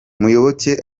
muyoboke